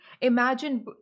imagine